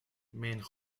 mijn